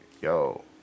Yo